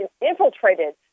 infiltrated